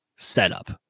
setup